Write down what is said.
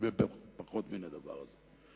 בפחות מן הדבר הזה.